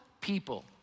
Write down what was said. people